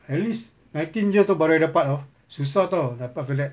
at least nineteen years tu baru I dapat tahu susah tahu af~ after that